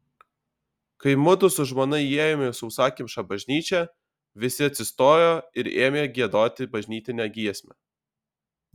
kai mudu su žmona įėjome į sausakimšą bažnyčią visi atsistojo ir ėmė giedoti bažnytinę giesmę